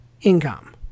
income